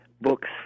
books